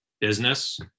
business